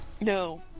No